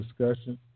discussion